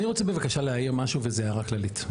אני רוצה בבקשה להעיר משהו וזו הערה כללית.